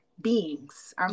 beings